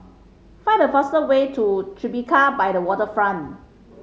find the fastest way to Tribeca by the Waterfront